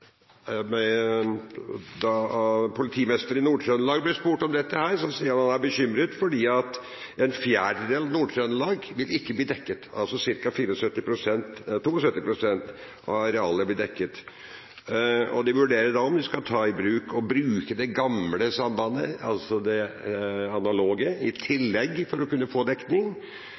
politimesteren i Nord-Trøndelag ble spurt om dette, sa han at han var bekymret fordi en fjerdedel av Nord-Trøndelag ikke vil bli dekket, bare 72 pst. av arealet blir dekket. De vurderer derfor om de skal ta i bruk det gamle – analoge – sambandet i tillegg for å kunne få dekning.